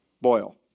Boil